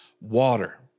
water